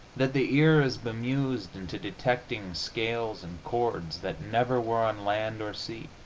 that the ear is bemused into detecting scales and chords that never were on land or sea.